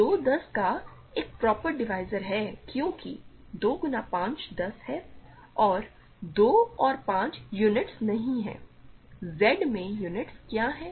2 10 का एक proper divisor है क्योंकि 2 गुना 5 10 है और 2 और 5 यूनिटस नहीं हैं Z में यूनिटस क्या हैं